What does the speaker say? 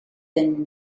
been